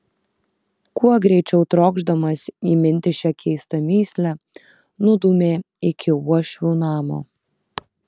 kuo greičiau trokšdamas įminti šią keistą mįslę nudūmė iki uošvių namo